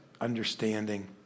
understanding